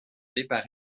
départ